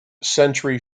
century